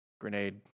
grenade